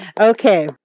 Okay